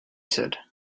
said